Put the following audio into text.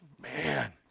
Man